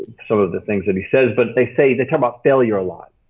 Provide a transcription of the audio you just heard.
some of the things that he says, but they say. they talk about failure a lot.